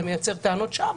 זה מייצר טענות שווא,